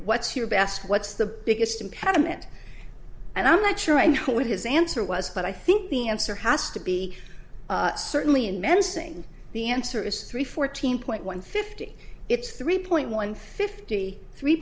your best what's the biggest impediment and i'm not sure i know what his answer was but i think the answer has to be certainly and menacing the answer is three fourteen point one fifty it's three point one fifty three